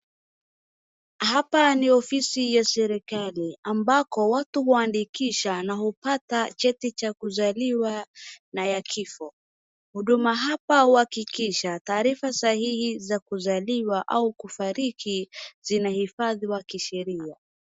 Hapa ni ofisi ya serikali ambako watu huandikisha na hupata cheti cha kuzaliwa na ya kifo. Huduma hapa huhakikisha taarifa sahihi za kuzaliwa au kufariki zinahifadhiwa kisheria.